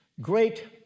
great